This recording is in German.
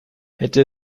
hätte